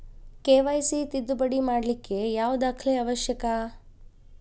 KYC ತಿದ್ದುಪಡಿ ಮಾಡ್ಲಿಕ್ಕೆ ಯಾವ ದಾಖಲೆ ಅವಶ್ಯಕ?